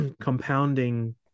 compounding